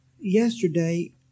Yesterday